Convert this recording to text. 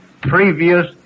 previous